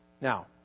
Now